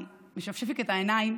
אני משפשפת את העיניים